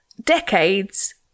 decades